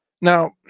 now